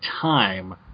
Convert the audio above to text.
time